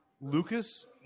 Lucas